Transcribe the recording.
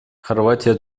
хорватия